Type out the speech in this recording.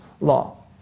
law